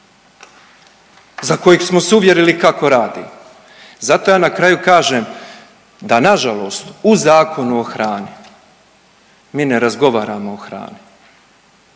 za kojeg smo se uvjerili kako radi. Zato ja na kraju kažem, da nažalost u Zakonu o hrani mi ne razgovaramo o hrani,